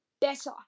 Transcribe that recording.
better